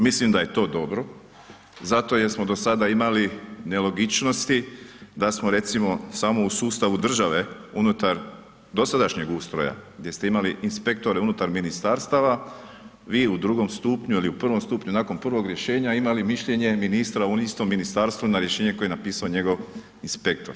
Mislim da je to dobro, zato jer smo do sada imali nelogičnosti da smo recimo samo u sustavu države unutar dosadašnjeg ustroja, gdje ste imali inspektore unutar ministarstava vi u drugom stupnju ili u prvom stupnju, nakon prvog rješenja imali mišljenje ministra u istom ministarstvu na rješenje koje je napisao njegov inspektor.